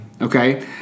okay